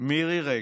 מירי רגב.